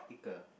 一个